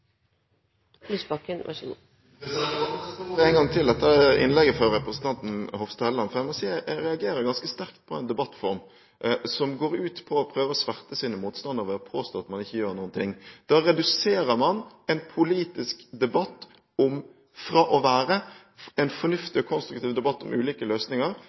gang til etter innlegget fra representanten Hofstad Helleland. Jeg må si at jeg reagerer ganske sterkt på en debattform som går ut på å prøve å sverte sine motstandere ved å påstå at de ikke gjør noen ting. Da reduserer man en politisk debatt fra å være en fornuftig og konstruktiv debatt om ulike løsninger,